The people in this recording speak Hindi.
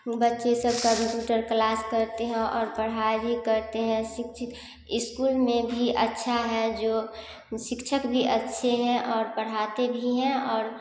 बच्चे सब कम्पुटर कलास करते हैं और पढ़ाई भी करते हैं शिक्षित इस्कुल में भी अच्छा है जो शिक्षक भी अच्छे भी हैं जो पढ़ाते भी है और